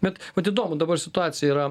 bet vat įdomu dabar situacija yra